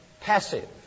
passive